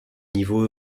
niveau